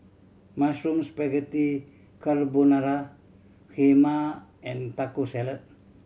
Mushroom Spaghetti Carbonara Kheema and Taco Salad